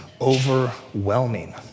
overwhelming